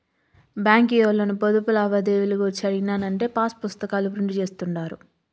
బాంకీ ఓల్లను పొదుపు లావాదేవీలు గూర్చి అడిగినానంటే పాసుపుస్తాకాల ప్రింట్ జేస్తుండారు